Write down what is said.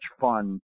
fun